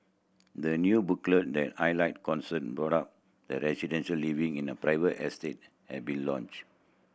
the new booklet that highlight concern brought up by residents living in a private estate has been launched